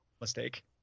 mistake